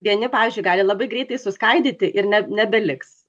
vieni pavyzdžiui gali labai greitai suskaidyti ir ne nebeliks